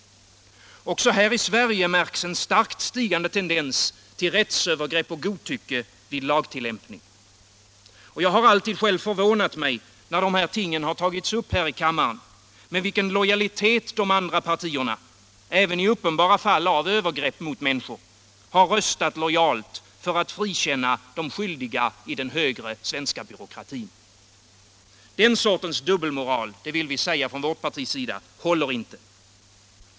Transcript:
Också här i Sverige märks en starkt stigande tendens till rättsövergrepp och godtycke vid lagtillämpning. När dessa ting tagits upp här i kammaren har jag alltid förvånat mig över med vilken lojalitet de andra partierna — även i uppenbara fall av övergrepp mot människor — röstat lojalt för att frikänna de skyldiga i den högre svenska byråkratin. En sådan dubbelmoral — det vill vi från vårt parti säga — håller inte.